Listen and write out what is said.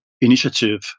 initiative